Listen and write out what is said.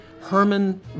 Herman